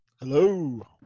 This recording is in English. Hello